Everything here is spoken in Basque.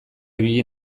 ibili